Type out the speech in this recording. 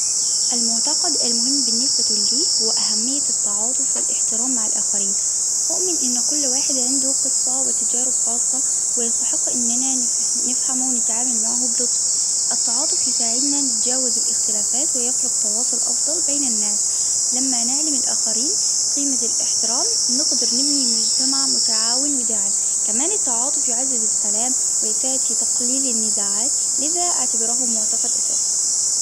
المعتقد المهم بالنسبة لي هو أهمية التعاطف والإحترام مع الآخرين، أؤمن أن كل واحد عنده قصة وتجارب خاصة ويستحق أننا نفهمه ونتعامل معه بلطف، التعاطف يساعدنا نتجاوز الإختلافات ويخلق تواصل أفضل بين الناس، لما نعلم الآخرين قيمة الإحترام نقدر نبني مجتمع متعاون وداعم، كمان التعاطف يعزز السلام ويساعد في تقليل النزاعات، لذا أعتبره معتقد أساسي.